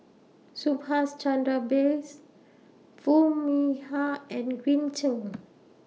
Subhas Chandra Bose Foo Mee Har and Green Zeng